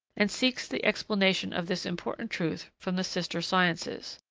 and seeks the explanation of this important truth from the sister sciences.